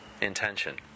intention